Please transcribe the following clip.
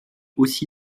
aussi